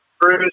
Bruce